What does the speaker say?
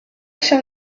się